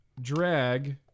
drag